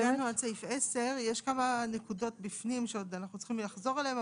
הגענו עד לסעיף 10. יש כמה נקודות בפנים שאנחנו עוד צריכים לחזור עליהן,